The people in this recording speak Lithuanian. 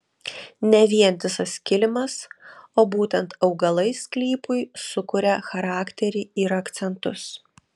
ne vientisas kilimas o būtent augalai sklypui sukuria charakterį ir akcentus